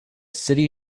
city